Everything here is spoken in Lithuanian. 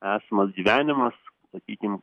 esamas gyvenimas sakykim